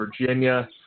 Virginia